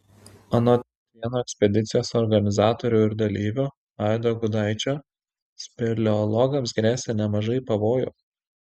anot vieno ekspedicijos organizatorių ir dalyvių aido gudaičio speleologams gresia nemažai pavojų